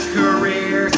career